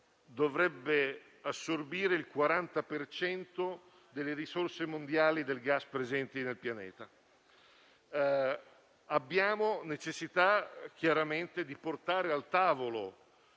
dovrebbe assorbire il 40 per cento delle risorse mondiali del gas presenti nel pianeta. Abbiamo necessità di portare al tavolo